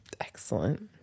Excellent